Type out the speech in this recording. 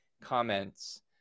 comments